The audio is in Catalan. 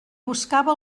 buscava